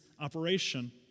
operation